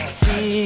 see